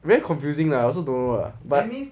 very confusing lah I also don't know lah but